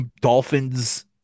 Dolphins